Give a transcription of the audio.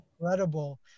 incredible